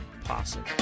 possible